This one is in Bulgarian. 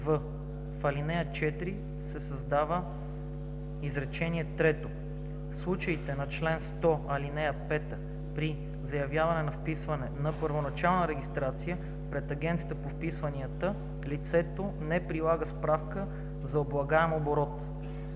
в ал. 4 се създава изречение трето: „В случаите на чл. 100, ал. 5 при заявяване за вписване на първоначална регистрация пред Агенцията по вписванията лицето не прилага справка за облагаем оборот.“;